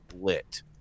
lit